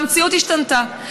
והמציאות השתנתה,